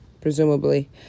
presumably